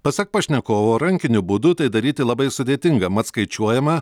pasak pašnekovo rankiniu būdu tai daryti labai sudėtinga mat skaičiuojama